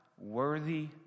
worthy